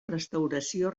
restauració